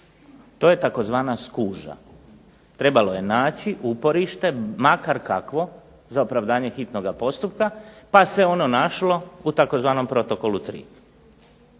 To je tzv. skuža, trebalo je naći uporište, makar kakvo za opravdanje hitnoga postupka, pa se ono našlo u tzv. protokolu 3.